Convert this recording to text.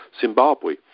Zimbabwe